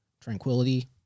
tranquility